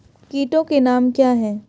कीटों के नाम क्या हैं?